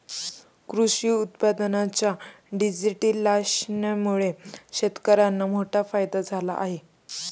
कृषी उत्पादनांच्या डिजिटलायझेशनमुळे शेतकर्यांना मोठा फायदा झाला आहे